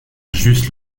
juste